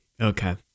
Okay